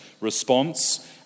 response